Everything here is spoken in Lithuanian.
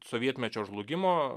sovietmečio žlugimo